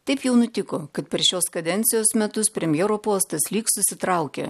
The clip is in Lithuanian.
taip jau nutiko kad per šios kadencijos metus premjero postas lyg susitraukė